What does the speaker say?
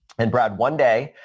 and brad, one day,